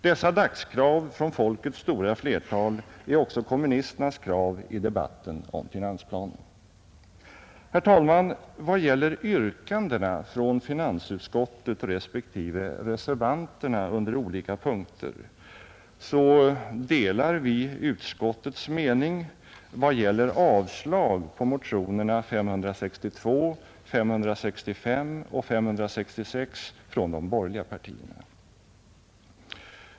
Dessa dagskrav från folkets stora flertal är också kommunisternas krav i debatten om finansplanen. Herr talman! Vad gäller yrkandena från finansutskottet respektive reservanternas krav under olika punkter delar vi utskottets mening vad beträffar avslag på motionerna 562, 565 och 566 från de borgerliga partierna.